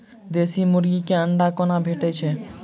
देसी मुर्गी केँ अंडा कोना भेटय छै?